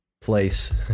place